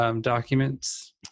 documents